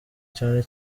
cyane